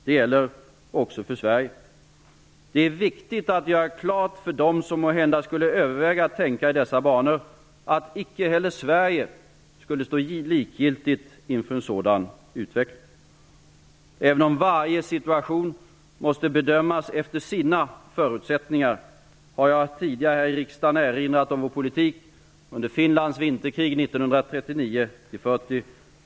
Detta gäller också Sverige. Det är viktigt att göra klart för dem som måhända skulle överväga att tänka i dessa banor att icke heller Sverige skulle stå likgiltigt inför en sådan utveckling. Även om varje situation måste bedömas efter sina förutsättningar, har jag tidigare här i riksdagen erinrat om vår politik under Finlands vinterkrig 1939--1940.